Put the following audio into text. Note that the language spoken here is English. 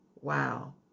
Wow